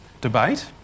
debate